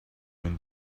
when